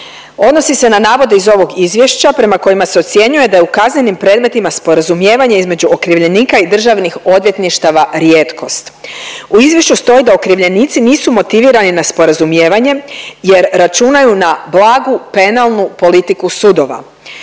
Odnosi se na navode iz ovog izvješća prema kojima se ocjenjuje da je u kaznenim predmetima sporazumijevanje između okrivljenika i državnih odvjetništava rijetkost. U izvješću stoji da okrivljenici nisu motivirani na sporazumijevanje jer računaju na blagu penalnu politiku sudova.